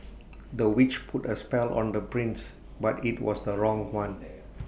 the witch put A spell on the prince but IT was the wrong one